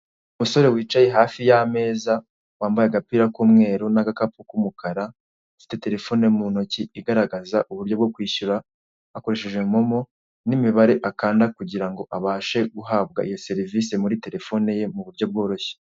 Umusore wicaye hafi y'ameza wambaye agapira k'umweru n'agakapu k'umukara, afite telefoni mu ntoki garagaza uburyo bwo kwishura akoresheje momo, n'imibare akanda kugira ngo abashe guhabwa iyo serivise mu buryo bworoshye.